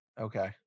Okay